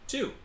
Two